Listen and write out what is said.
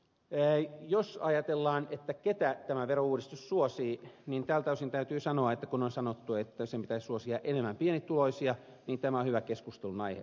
sitten jos ajatellaan ketä tämä verouudistus suosii niin tältä osin täytyy sanoa kun on sanottu että sen pitäisi suosia enemmän pienituloisia että tämä on hyvä keskustelunaihe